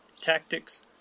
tactics